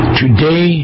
today